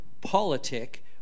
politic